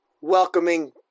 welcoming